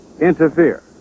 interfere